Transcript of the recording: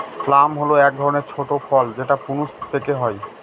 plum হল এক ধরনের ছোট ফল যেটা প্রুনস পেকে হয়